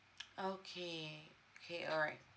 okay K all right